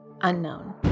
unknown